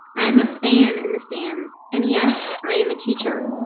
i am a fan in the stands and yes i am a teacher.